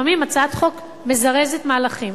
לפעמים הצעת חוק מזרזת מהלכים.